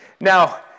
Now